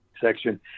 section